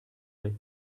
way